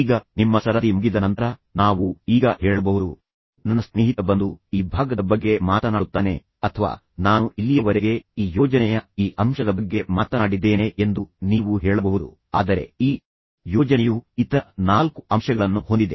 ಈಗ ನಿಮ್ಮ ಸರದಿ ಮುಗಿದ ನಂತರ ನಾವು ಈಗ ಹೇಳಬಹುದು ನನ್ನ ಸ್ನೇಹಿತ ಬಂದು ಈ ಭಾಗದ ಬಗ್ಗೆ ಮಾತನಾಡುತ್ತಾನೆ ಅಥವಾ ನಾನು ಇಲ್ಲಿಯವರೆಗೆ ಈ ಯೋಜನೆಯ ಈ ಅಂಶದ ಬಗ್ಗೆ ಮಾತನಾಡಿದ್ದೇನೆ ಎಂದು ನೀವು ಹೇಳಬಹುದು ಆದರೆ ಈ ಯೋಜನೆಯು ಇತರ ನಾಲ್ಕು ಅಂಶಗಳನ್ನು ಹೊಂದಿದೆ